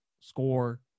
score